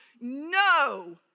no